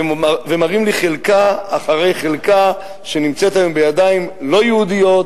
שמראים לי חלקה אחרי חלקה שנמצאות היום בידיים לא יהודיות,